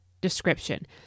description